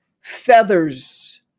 feathers